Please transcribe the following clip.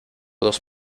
dos